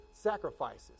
sacrifices